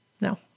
No